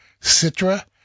Citra